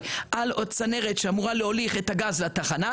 על צנרת שאמורה להוליך את הגז לתחנה.